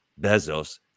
Bezos